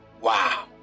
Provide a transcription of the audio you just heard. Wow